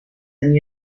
and